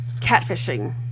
catfishing